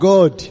God